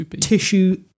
tissue